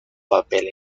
papel